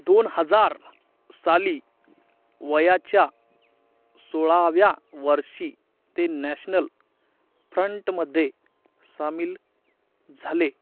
दोन हजार साली वयाच्या सोळाव्या वर्षी ते नॅशनल फ्रंटमध्ये सामील झाले